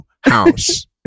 house